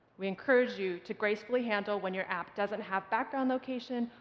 we encourage you to gracefully handle when your app doesn't have background location,